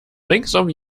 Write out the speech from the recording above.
ringsum